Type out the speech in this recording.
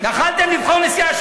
יכולתם לבחור נשיאה.